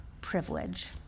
privilege